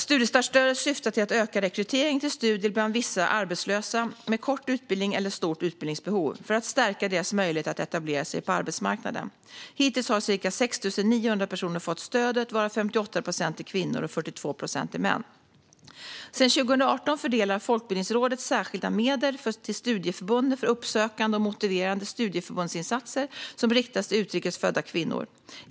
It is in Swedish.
Studiestartsstödet syftar till att öka rekryteringen till studier bland vissa arbetslösa med kort utbildning eller stort utbildningsbehov för att stärka deras möjligheter att etablera sig på arbetsmarknaden. Hittills har cirka 6 900 personer fått stödet, varav 58 procent är kvinnor och 42 procent är män. Sedan 2018 fördelar Folkbildningsrådet särskilda medel till studieförbunden för uppsökande och motiverande studieförbundsinsatser som riktas till utrikes födda kvinnor.